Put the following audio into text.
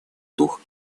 дух